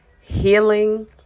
healing